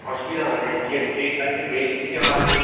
অসুবিধা হবে না এর যে ব্রেক আছে ব্রেক সিস্টেম আছে